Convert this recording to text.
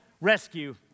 rescue